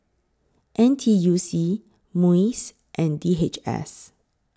N T U C Muis and D H S